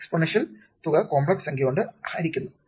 exponential തുക complex സംഖ്യ കൊണ്ട് ഹരിക്കുന്നു